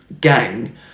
gang